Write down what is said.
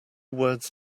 words